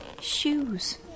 Shoes